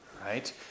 right